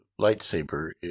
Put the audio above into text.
lightsaber